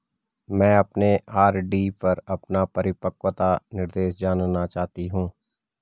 मैं अपने आर.डी पर अपना परिपक्वता निर्देश जानना चाहती हूँ